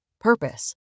Purpose